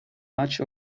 much